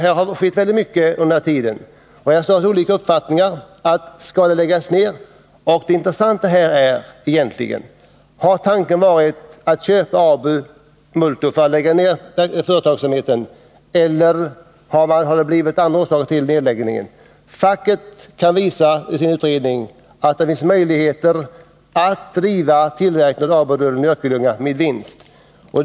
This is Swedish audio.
Här har skett väldigt mycket, och det finns olika uppfattningar. Det intressanta är egentligen: Har tanken varit att köpa ABU Multo för att lägga ned verksamheten, eller finns det andra orsaker till nedläggningen? Facket redovisar i sin utredning att det finns möjligheter att driva tillverkningen av ABU-rullen i Örkelljunga med vinst.